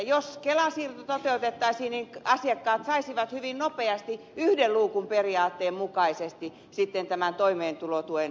jos kela siirto toteutettaisiin niin asiakkaat saisivat hyvin nopeasti yhden luukun periaatteen mukaisesti sitten tämän toimeentulotuen